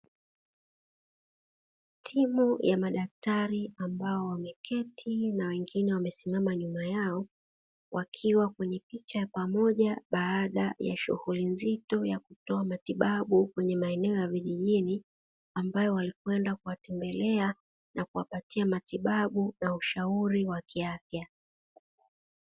Timu ya madaktari, ambao wameketi na wengine wamesimama nyuma yao, wakiwa kwenye picha ya pamoja baada ya shughuli nzito ya kutoa matibabu kwenye maeneo ya vijijini ambayo walikwenda kuwatembelea na kuwapatia matibabu na ushauri wa kiafya.